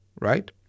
Right